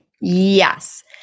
Yes